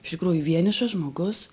iš tikrųjų vienišas žmogus